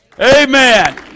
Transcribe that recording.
Amen